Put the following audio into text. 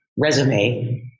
resume